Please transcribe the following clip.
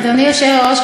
אדוני היושב-ראש,